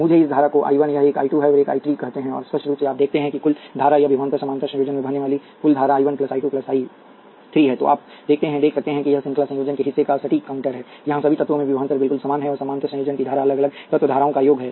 मुझे इस धारा को I 1 यह एक I 2 और यह एक I 3 कहते हैं और स्पष्ट रूप से आप देखते हैं कि कुल धारा यह विभवांतर समानांतर संयोजन में बहने वाली कुल धारा है I 1 I 2 I 3 तो अब आप देख सकते हैं कि यह श्रृंखला संयोजन के हिस्से का सटीक काउंटर है यहां सभी तत्वों में विभवांतर बिल्कुल समान है और समानांतर संयोजन की धारा अलग अलग तत्व धाराओं का योग है